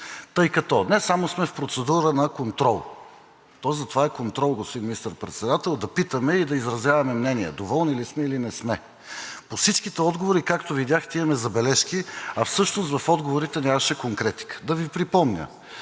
тъй като не само сме в процедура на контрол. То затова е контрол, господин Министър-председател, да питаме и да изразяваме мнение, доволни ли сме, или не сме. По всичките отговори, както видяхте, имаме забележки, а всъщност в отговорите нямаше конкретика. Да Ви припомня.